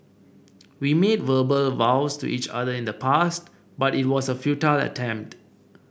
we made verbal vows to each other in the past but it was a futile attempt